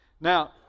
Now